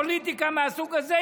פוליטיקה מהסוג הזה,